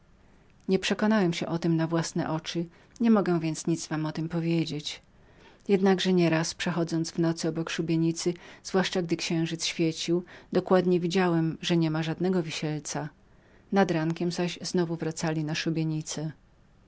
nie przekonałem się o tem na własne oczy niemogę więc nic wam o tem powiedzieć przecież nie raz przechodząc w nocy obok szubienicy zwłaszcza gdy księżyc świecił dokładnie widziałem że niebyło żadnego wisielca nad rankiem zaś znowu wracali na